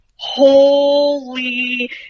Holy